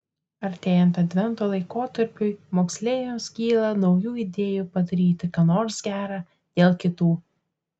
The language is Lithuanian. artėjant advento laikotarpiui moksleiviams kyla naujų idėjų padaryti ką nors gera dėl kitų